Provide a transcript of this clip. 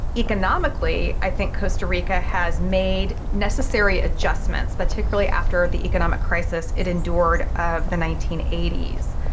economically i think costa rica has made necessary adjustments, particularly after the economic crisis it endured of the nineteen eighty s.